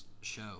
show